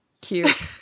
cute